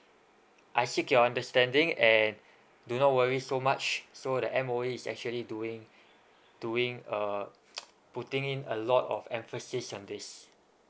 I seek your understanding and do not worry so much so the M_O_E is actually doing doing uh putting in a lot of emphasis on this